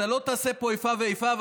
אתה לא תעשה פה איפה ואיפה,